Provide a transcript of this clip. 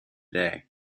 day